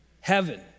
heaven